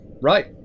Right